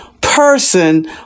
person